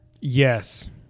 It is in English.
yes